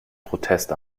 protest